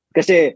Kasi